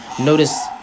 Notice